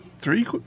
three